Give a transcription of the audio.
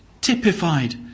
typified